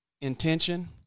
intention